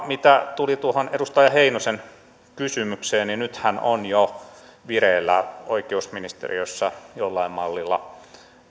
mitä tuli tuohon edustaja heinosen kysymykseen niin nythän on jo vireillä oikeusministeriössä jollain mallilla